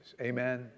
Amen